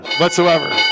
whatsoever